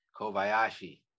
Kobayashi